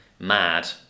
Mad